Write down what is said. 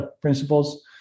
Principles